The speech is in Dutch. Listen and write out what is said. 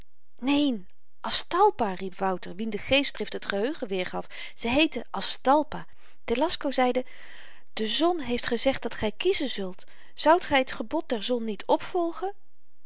neen aztalpa riep wouter wien de geestdrift het geheugen weergaf ze heette aztalpa telasco zeide de zon heeft gezegd dat gy kiezen zult zoudt gy t gebod der zon niet opvolgen